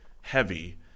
heavy